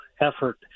effort